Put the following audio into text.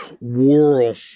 world